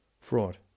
fraud